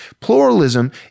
Pluralism